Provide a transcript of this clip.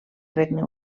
regne